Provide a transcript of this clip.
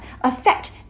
affect